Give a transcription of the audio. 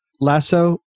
lasso